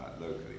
locally